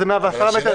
זה 110 מטר,